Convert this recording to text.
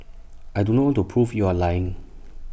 I do not to prove you are lying